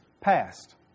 passed